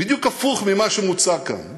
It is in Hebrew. בדיוק הפוך, ממה שמוצע כאן.